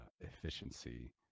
efficiency